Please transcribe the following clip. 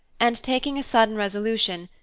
and, taking a sudden resolution,